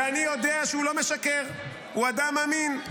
ואני יודע שהוא לא משקר, הוא אדם אמין.